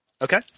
Okay